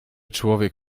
człowiek